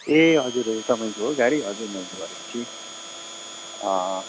ए हजुर हजुर तपाईँको हो गाडी हजुर मैले गरेको थिएँ अँ